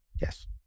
yes